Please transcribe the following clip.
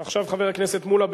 עכשיו חבר הכנסת מולה,